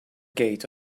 gate